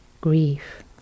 grief